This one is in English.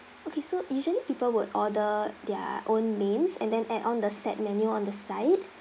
okay so usually people would order their own mains and then add on the set menu on the side